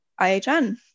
IHN